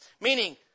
Meaning